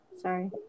Sorry